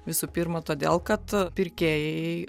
visų pirma todėl kad pirkėjai